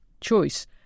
choice